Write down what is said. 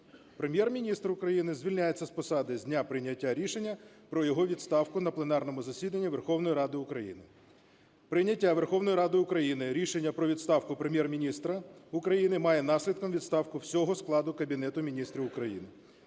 Прем’єр-міністр України звільняється з посади з дня прийняття рішення про його відставку на пленарному засіданні Верховної Ради України. Прийняття Верховною Радою України рішення про відставку Прем’єр-міністра України має наслідком відставку всього складу Кабінету Міністрів України.